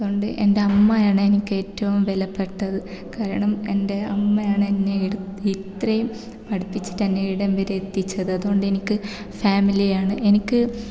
അതുകൊണ്ട് എൻ്റമ്മയാണ് എനിക്ക് ഏറ്റവും വിലപ്പെട്ടത് കാരണം എൻ്റെ അമ്മയാണ് എന്നെ ഇരുത്തി ഇത്രയും പഠിപ്പിച്ചട്ട് എന്നെ ഇവിടം വരെ എത്തിച്ചത് അതുകൊണ്ട് എനിക്ക് ഫാമിലിയാണ് എനിക്ക്